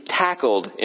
tackled